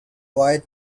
wide